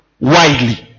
widely